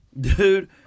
dude